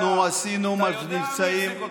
אנחנו עשינו מבצעים, אתה יודע מי החזיק אתכם.